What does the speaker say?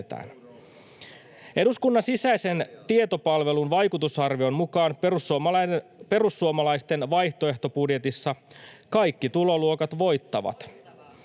Eduskunnan sisäisen tietopalvelun vaikutusarvion mukaan perussuomalaisten vaihtoehtobudjetissa kaikki tuloluokat voittavat.